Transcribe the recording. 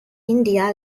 india